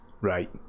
Right